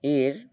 এর